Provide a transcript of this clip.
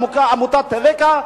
עמותת "טבקה",